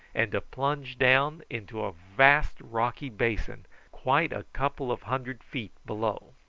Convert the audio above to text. and to plunge down into a vast rocky basin quite a couple of hundred feet below.